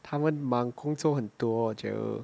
他们忙工作很多 leh jarrell